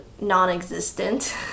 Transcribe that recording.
non-existent